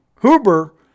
Huber